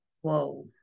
whoa